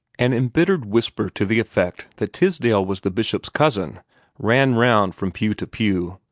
an embittered whisper to the effect that tisdale was the bishop's cousin ran round from pew to pew.